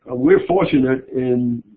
ah we're fortunate in